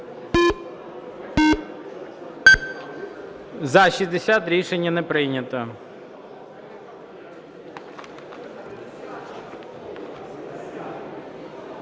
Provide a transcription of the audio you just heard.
За-61 Рішення не прийнято.